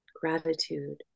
Gratitude